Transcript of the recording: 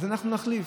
אז אנחנו נחליף,